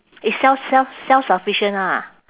it's self~ self~ self-sufficient ah